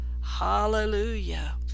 Hallelujah